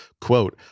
Quote